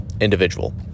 individual